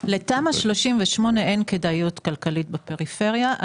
לתמ"א 38 אין כדאיות כלכלית בפריפריה.